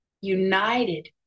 united